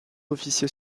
officiers